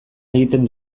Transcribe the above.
egiten